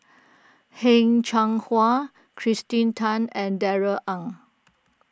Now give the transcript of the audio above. Heng Cheng Hwa Kirsten Tan and Darrell Ang